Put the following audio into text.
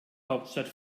hauptstadt